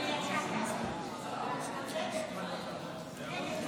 ההצעה להעביר לוועדה את הצעת חוק הביטוח הלאומי (תיקון,